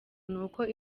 n’uko